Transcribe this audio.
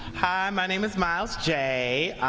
my name is milestone j.